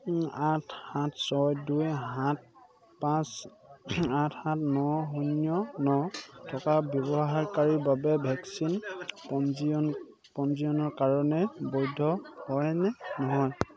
আঠ সাত ছয় দুই সাত পাঁচ আঠ সাত ন শূন্য ন থকা ব্যৱহাৰকাৰীৰ বাবে ভেকচিন পঞ্জীয়ন পঞ্জীয়নৰ কাৰণে বৈধ হয় নে নহয়